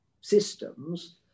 systems